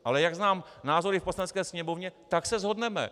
Ale jak znám názory v Poslanecké sněmovně, tak se shodneme.